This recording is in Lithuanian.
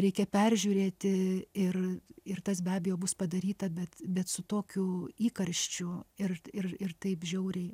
reikia peržiūrėti ir ir tas be abejo bus padaryta bet bet su tokiu įkarščiu ir ir ir taip žiauriai